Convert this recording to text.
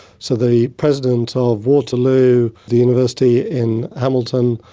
so the president of waterloo, the university in hamilton,